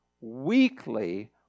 weekly